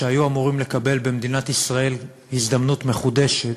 שהיו אמורים לקבל במדינת ישראל הזדמנות מחודשת,